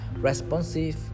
Responsive